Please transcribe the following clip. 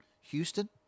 Houston